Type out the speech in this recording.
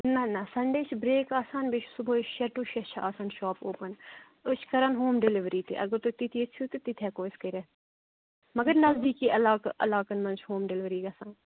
نہ نہ سَنڈے چھِ برٛیٚک آسان بیٚیہِ چھُ صُبحٲے شےٚ ٹُہ شےٚ چھِ آسان شاپ اوپَن أسۍ چھِ کَران ہوم ڈیٚلؤری تہِ اگر تُہۍ تہِ تہِ ییٚژِھو تہٕ تِتہِ ہٮ۪کو أسۍ کٔرِتھ مَگر نَزدیٖکی علاقہٕ علاقَن منٛز چھِ ہوم ڈیٚلؤری گَژھان